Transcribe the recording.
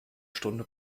stunde